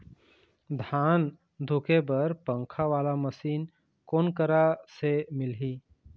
धान धुके बर पंखा वाला मशीन कोन करा से मिलही?